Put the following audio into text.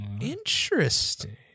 Interesting